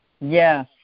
Yes